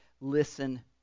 listen